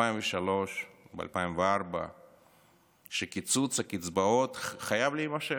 ב-2003 וב-2004 שקיצוץ הקצבאות חייב להימשך,